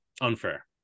unfair